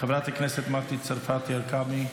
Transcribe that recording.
חברת הכנסת מטי צרפתי הרכבי,